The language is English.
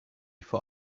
for